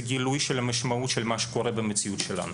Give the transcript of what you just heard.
גילוי המשמעות של מה שקורה במציאות שלנו,